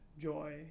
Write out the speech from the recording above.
joy